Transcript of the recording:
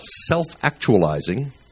self-actualizing